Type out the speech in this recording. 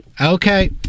Okay